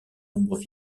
nombreux